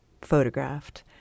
photographed